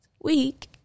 week